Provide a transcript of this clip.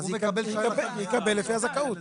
אז יקבל לפי הזכאות.